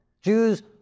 Jews